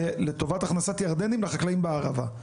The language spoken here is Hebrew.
לטובת הכנסת ירדנים לחקלאים בערבה.